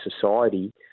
society